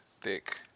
Thick